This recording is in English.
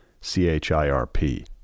C-H-I-R-P